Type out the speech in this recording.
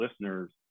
listeners